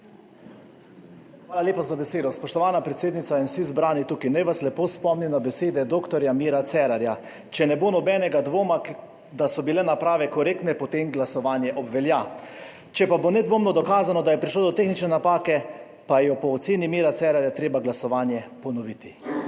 Hvala lepa za besedo. Spoštovana predsednica in vsi zbrani tukaj! Naj vas lepo spomnim na besede dr. Mira Cerarja: »Če ne bo nobenega dvoma, da so bile naprave korektne, potem glasovanje obvelja.« Če pa bo nedvomno dokazano, da je prišlo do tehnične napake, pa je po oceni Mira Cerarja treba glasovanje ponoviti.